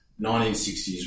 1960s